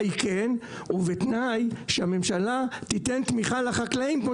היא כן ובתנאי שהממשלה תיתן תמיכה לחקלאים כמו